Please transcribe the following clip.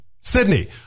Sydney